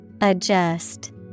Adjust